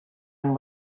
and